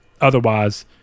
otherwise